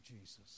Jesus